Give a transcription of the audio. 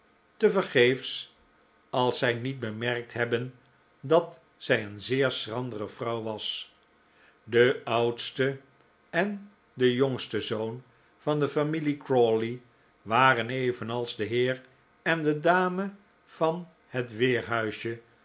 tevergeefs als zij niet bemerkt hebben dat zij een zeer schrandere vrouw was de oudste en de jongste zoon van de familie crawley waren evenals de heer en dedame van het